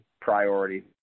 priority